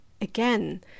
again